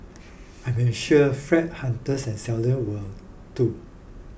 I'm ensure flat hunters and seller will too